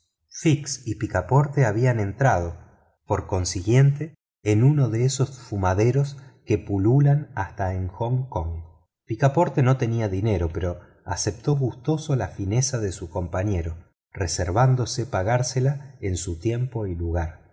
y picaporte habían entrado por consiguiente en uno de esos fumaderos que pululan hasta en hong kong picaporte no tenía dinero pero aceptó gustoso la fineza de su compañero reservándose pagársela en su tiempo y lugar